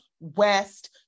west